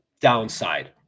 downside